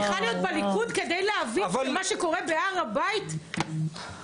אני צריכה להיות בליכוד כדי להבין שמה שקורה בהר הבית הוא חמור וקשה?